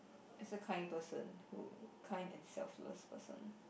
as a kind person who kind and selfless person